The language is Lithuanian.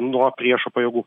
nuo priešo pajėgų